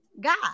god